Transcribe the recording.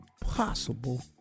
possible